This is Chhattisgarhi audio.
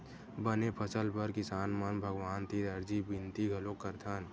बने फसल बर किसान मन भगवान तीर अरजी बिनती घलोक करथन